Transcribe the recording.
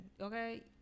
Okay